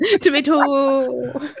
Tomato